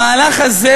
המהלך הזה,